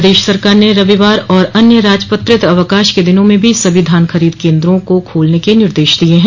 प्रदेश सरकार ने रविवार और अन्य राजपत्रित अवकाश के दिनों में भी सभी धान खरीद केन्द्र खोलने के निर्देश दिये हैं